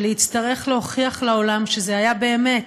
של להצטרך להוכיח לעולם שזה היה באמת,